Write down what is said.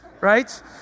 Right